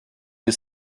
you